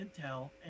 intel